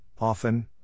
often